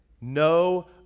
no